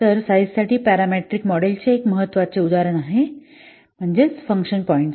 तर साईझ साठी पॅरामीट्रिक मॉडेलचे एक महत्त्वाचे उदाहरण म्हणजे फंक्शन पॉईंट्स